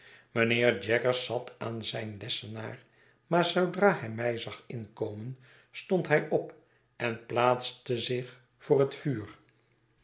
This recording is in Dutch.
mijnheer jaggers zat aan zijn lessenaar maar zoodra hij mij zag inkomen stond hij op en plaatste zich voor het vuur